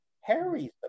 Harry's